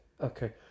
Okay